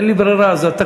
אין לי ברירה, זה התקנון.